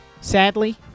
Sadly